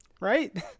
right